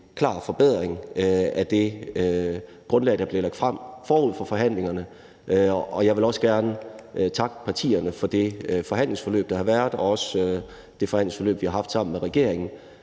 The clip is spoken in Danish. klar forbedring af det grundlag, der blev lagt frem forud for forhandlingerne, og jeg vil også gerne takke partierne for det forhandlingsforløb, der har været, og også for det forhandlingsforløb, vi har haft sammen med regeringen.